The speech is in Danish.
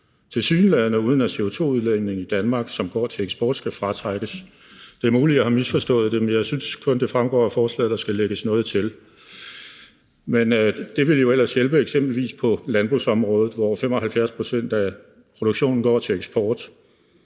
tilsyneladende uden at CO2-udledningen i Danmark, som går til eksport, skal fratrækkes. Det er muligt, at jeg har misforstået det, men jeg synes kun, at det fremgår af forslaget, at der skal lægges noget til. Det ville jo ellers hjælpe på eksempelvis landbrugsområdet, hvor 75 pct. af produktionen går til eksport